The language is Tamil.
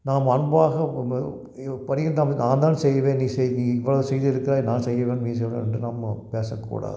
நாம் அன்பாக பணியை நாம் நான் தான் செய்கிறேன் நீ செய்தி இவ்வளவு செய்திருக்கிறாய் நான் செய்ய வேண்டும் நீ செய்ய வேண்டும் நம்ம பேசக்கூடாது